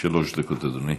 שלוש דקות, אדוני.